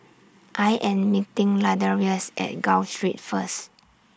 I Am meeting Ladarius At Gul Street First